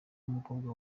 umukobwa